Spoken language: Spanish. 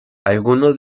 algunos